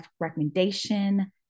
recommendation